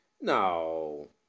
No